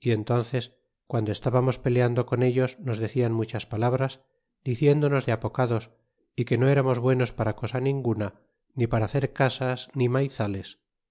y entánces guando estábamos peleando con ellos nos decian muchas palabras diciéndonos de apocados y que no tamos buenos para cosa ninguna ni para hacer casas ni maizales